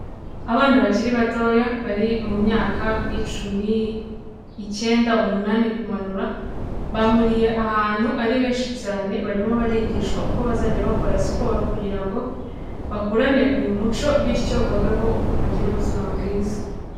Abana bakiri batoya bari mu myaka nk'icumi, icyenda, umunani kumanura, bahuriye ahantu ari benshi cyane barimo barigishwa uko bazajya bakora siporo kugira ngo bakurane uyu muco bityo babeho bagire ubuzima bwiza.